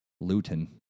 Luton